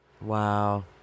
Wow